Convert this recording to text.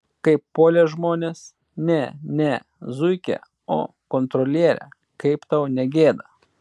kaip puolė žmonės ne ne zuikę o kontrolierę kaip tau negėda